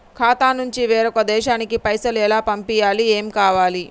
ఖాతా నుంచి వేరొక దేశానికి పైసలు ఎలా పంపియ్యాలి? ఏమేం కావాలి?